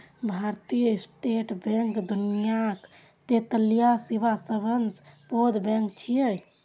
भारतीय state bank दुनियाक तैंतालिसवां सबसं पैघ बैंक छियै